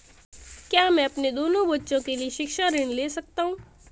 क्या मैं अपने दोनों बच्चों के लिए शिक्षा ऋण ले सकता हूँ?